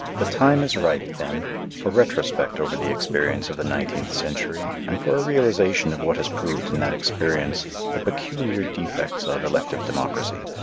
the time is ripe then for retrospect over the experience of the nineteenth century and for a realization of what has proved in that experience the peculiar defects of elective democracy.